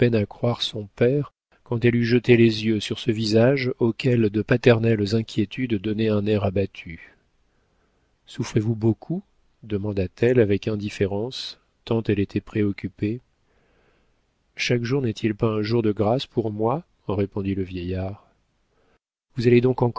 à croire son père quand elle eut jeté les yeux sur ce visage auquel de paternelles inquiétudes donnaient un air abattu souffrez-vous beaucoup demanda-t-elle avec indifférence tant elle était préoccupée chaque jour n'est-il pas un jour de grâce pour moi répondit le vieillard vous allez donc